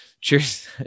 cheers